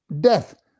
death